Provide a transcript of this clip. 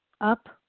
up